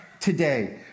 today